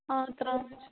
آ ترٛامَے چھُ